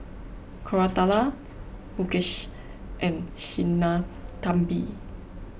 Koratala Mukesh and Sinnathamby